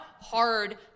hard